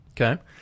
Okay